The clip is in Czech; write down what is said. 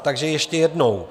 Takže ještě jednou.